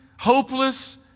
hopeless